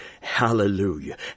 Hallelujah